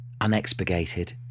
unexpurgated